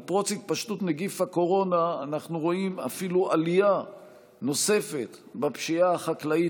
עם התפשטות נגיף הקורונה אנחנו רואים אפילו עלייה נוספת בפשיעה החקלאית,